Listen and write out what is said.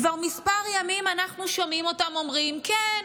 כבר כמה ימים אנחנו שומעים אותם אומרים: כן,